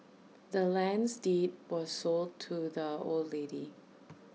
the land's deed was sold to the old lady